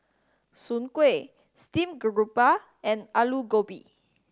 soon kway steamed garoupa and Aloo Gobi